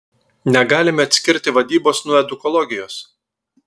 negalime atskirti vadybos nuo edukologijos